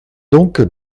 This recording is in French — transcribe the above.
donc